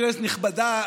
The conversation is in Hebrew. כנסת נכבדה,